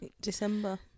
December